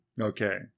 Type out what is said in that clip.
Okay